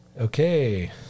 Okay